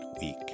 week